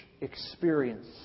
experience